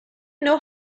know